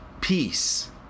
peace